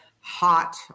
hot